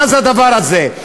מה זה הדבר הזה?